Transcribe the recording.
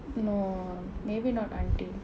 no maybe not auntie